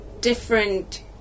different